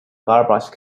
garbage